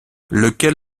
lequel